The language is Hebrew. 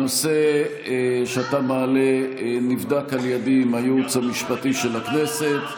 הנושא שאתה מעלה נבדק על ידי עם הייעוץ המשפטי של הכנסת.